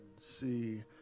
see